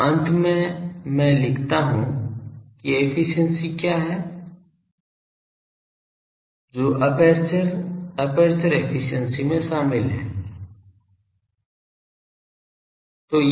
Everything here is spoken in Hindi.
तो अंत में मैं लिखता हूं कि एफिशिएंसी क्या हैं जो एपर्चर एपर्चर एफिशिएंसी में शामिल हैं